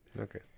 Okay